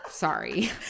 Sorry